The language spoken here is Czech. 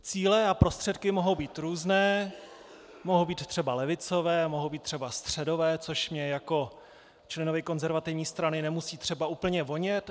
Cíle a prostředky mohou být různé, mohou být třeba levicové, mohou být třeba středové, což mně jako členovi konzervativní strany nemusí třeba úplně vonět.